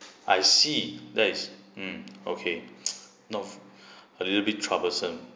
I see that is mm okay no a little bit troublesome